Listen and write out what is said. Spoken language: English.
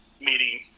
meeting